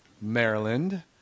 maryland